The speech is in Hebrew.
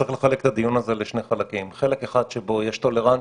צריך לחלק את הדיון הזה לשני חלקים: חלק אחד שבו יש טולרנטיות,